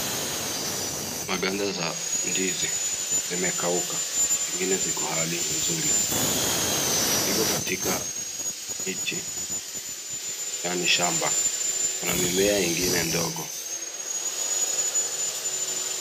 Maganda za ndizi zimekauka, zingine ziko hali mzuri, iko katika miti yani shamba na mimea ingine ndogo.